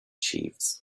chiefs